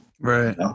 Right